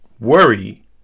worry